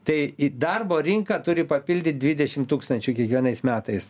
tai į darbo rinką turi papildyt dvidešim tūkstančių kiekvienais metais